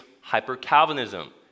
hyper-Calvinism